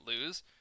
lose